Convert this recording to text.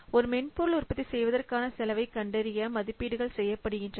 ஒரு மென்பொருள் உற்பத்தி செய்வதற்கான செலவை கண்டறிய மதிப்பீடுகள் செய்யப்படுகின்றன